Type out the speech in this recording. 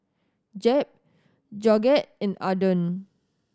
Jeb Georgette and Arden